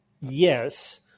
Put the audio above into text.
yes